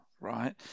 right